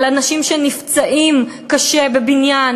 על אנשים שנפצעים קשה בבניין,